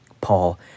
Paul